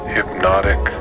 Hypnotic